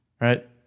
right